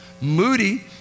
Moody